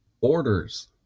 orders